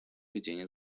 ведения